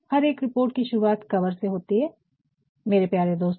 हर एक रिपोर्ट की शुरुआत कवर से होती है मेरे प्यारे दोस्तों